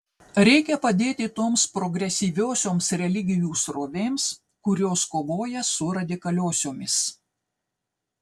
reikia padėti toms progresyviosioms religijų srovėms kurios kovoja su radikaliosiomis